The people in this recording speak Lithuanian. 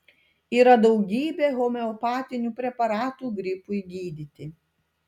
yra daugybė homeopatinių preparatų gripui gydyti